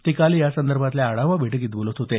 ते काल यासंदर्भातल्या आढावा बैठकीत बोलत होते